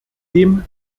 dem